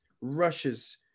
rushes